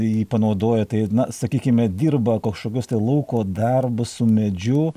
jį panaudoja tai na sakykime dirba kažkokius tai lauko darbus su medžiu